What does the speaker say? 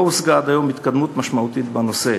לא הושגה עד היום התקדמות משמעותית בנושא.